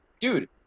dude